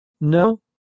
No